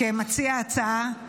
כמציע ההצעה,